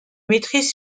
mettrais